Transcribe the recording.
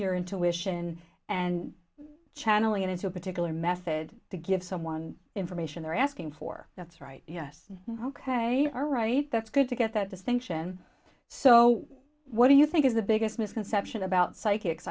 your intuition and channeling it into a particular method to give someone information they're asking for that's right yes ok all right that's good to get that distinction so what do you think is the biggest misconception about psychics